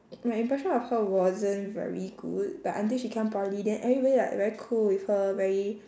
my impression of her wasn't very good but until she come poly then everybody like very cool with her very